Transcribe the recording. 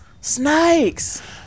snakes